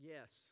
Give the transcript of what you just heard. Yes